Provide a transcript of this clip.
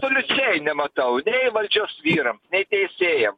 absoliučiai nematau nei valdžios vyram nei teisėjams